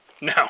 No